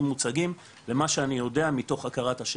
מוצגים ומה שאני יודע מתוך הכרת השטח.